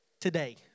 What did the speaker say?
today